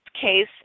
case